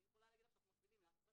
אני יכולה להגיד לך שאנחנו מפעילים לחץ.